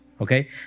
Okay